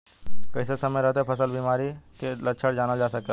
कइसे समय रहते फसल में बिमारी के लक्षण जानल जा सकेला?